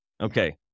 Okay